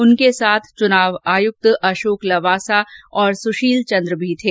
उनके साथ चुनाव आयुक्त अशोक लवासा और सुशील चन्द्र भी थे